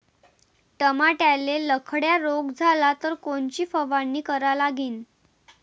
टमाट्याले लखड्या रोग झाला तर कोनची फवारणी करा लागीन?